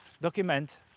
document